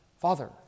Father